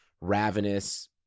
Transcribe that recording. ravenous